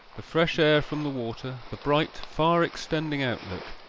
the fresh air from the water, the bright, far-extending outlook,